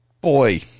boy